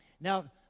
Now